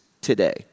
today